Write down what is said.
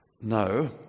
No